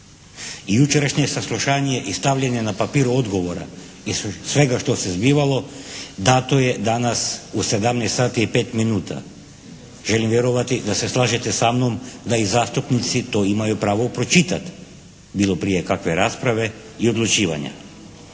Jučerašnje saslušanje i stavljanje na papir odgovora i svega što se zbivalo, dato je danas u 17 sati i 5 minuta. Želim vjerovati da se slažete sa mnom, da i zastupnici to imaju pravo pročitati bilo prije kakve rasprave i odlučivanja.